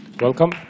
Welcome